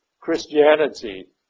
Christianity